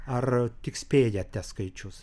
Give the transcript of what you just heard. ar tik spėjate skaičius